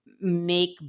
make